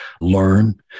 learn